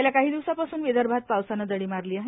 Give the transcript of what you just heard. गेल्या काही दिवसांपासून विदर्भात पावसानं दडी मारली आहे